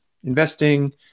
investing